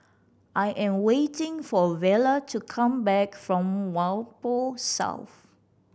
I am waiting for Vela to come back from Whampoa South